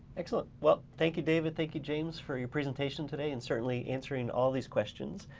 excellent. well, thank you, david, thank you, james for your presentation today and certainly answering all these questions.